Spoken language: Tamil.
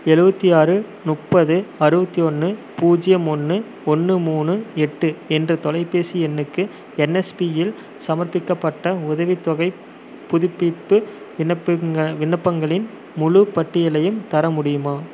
எழுபத்தி ஆறு முப்பது அறுபத்தி ஒன்று பூஜ்ஜியம் ஒன்று ஒன்று மூணு எட்டு என்ற தொலைபேசி எண்ணுக்கு என்எஸ்பியில் சமர்ப்பிக்கப்பட்ட உதவித்தொகைப் புதுப்பிப்பு விண்ணப்பங்களின் முழுப் பட்டியலையும் தர முடியுமா